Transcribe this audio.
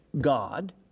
God